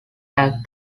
back